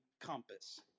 compass